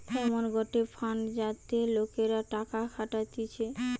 এমন গটে ফান্ড যাতে লোকরা টাকা খাটাতিছে